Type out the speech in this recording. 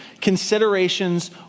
considerations